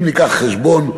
אם נעשה חשבון,